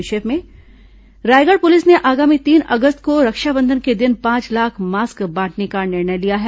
संक्षिप्त समाचार रायगढ़ पुलिस ने आगामी तीन अगस्त को रक्षाबंधन के दिन पांच लाख मास्क बांटने का निर्णय लिया है